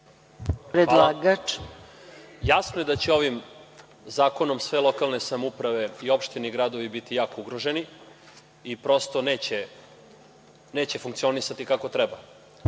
Jasno je da će ovim zakonom sve lokalne samouprave i opštine i gradovi biti jako ugroženi i prosto, neće funkcionisati kako treba,